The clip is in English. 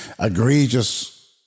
egregious